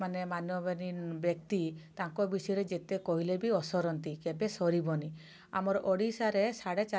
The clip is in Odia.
ମାନେ ମାନ୍ୟଗଣ୍ୟ ବ୍ୟକ୍ତି ତାଙ୍କ ବିଷୟରେ ଯେତେ କହିଲେ ବି ଅସରନ୍ତି କେବେ ସରିବନି ଆମର ଓଡ଼ିଶାରେ ସାଢ଼େ ଚାରି କୋଟି